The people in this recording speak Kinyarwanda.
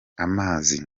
amazi